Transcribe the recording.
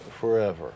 forever